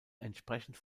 entsprechend